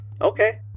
Okay